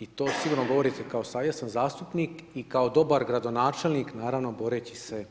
I to sigurno govorite kao savjestan zastupnik i kao dobar gradonačelnik naravno boreći se